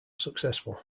successful